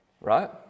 Right